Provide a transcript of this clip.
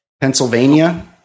Pennsylvania